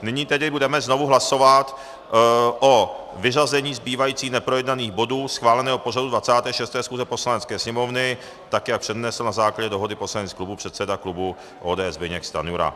Nyní tedy budeme znovu hlasovat o vyřazení zbývajících neprojednaných bodů schváleného pořadu 26. schůze Poslanecké sněmovny, tak jak přednesl na základě dohody poslaneckých klubů předseda klubu ODS Zbyněk Stanjura.